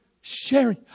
sharing